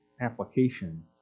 application